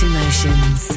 Emotions